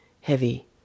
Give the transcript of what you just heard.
heavy